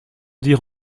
dire